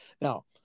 now